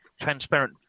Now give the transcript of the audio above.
transparent